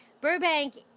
Burbank